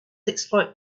exploit